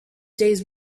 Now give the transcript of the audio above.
days